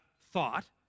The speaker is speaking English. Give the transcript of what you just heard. thought